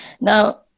Now